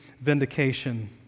vindication